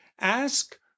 ask